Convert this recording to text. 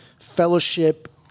fellowship